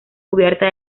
cubierta